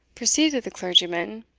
proceeded the clergyman,